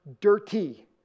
dirty